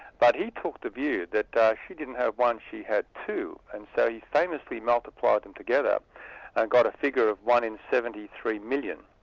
but he took the view that she didn't have one, she had two. and so he famously multiplied them together and got a figure of one in seventy three million,